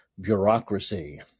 bureaucracy